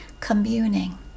communing